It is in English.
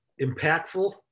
impactful